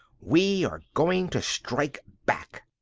we are going to strike back.